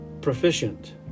proficient